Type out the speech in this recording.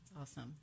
awesome